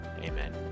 amen